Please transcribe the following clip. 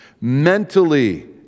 Mentally